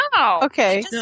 Okay